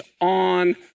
on